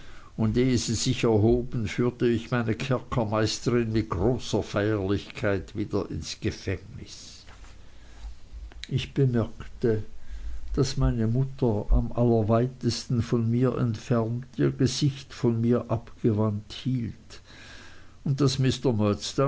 und ehe sie sich erhoben führte mich meine kerkermeisterin mit großer feierlichkeit wieder ins gefängnis ich bemerkte daß meine mutter am allerweitesten von mir entfernt ihr gesicht von mir abgewandt hielt und daß